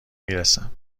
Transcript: میرسم